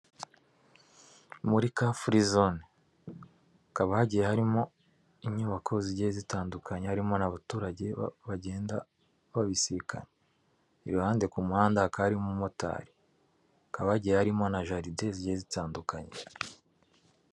Muri Kafurizone hakaba hagiye harimo inyubako zigiye zitandukanye harimo n'abaturage bagenda babisikana, iruhande ku muhanda hakaba harimo umumotari, hakaba harimo harimo na jaride zigiye zitandukanye.